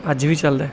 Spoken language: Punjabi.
ਅੱਜ ਵੀ ਚੱਲਦਾ